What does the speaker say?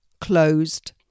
closed